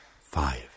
Five